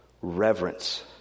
reverence